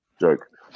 Joke